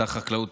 שר החקלאות,